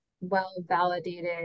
well-validated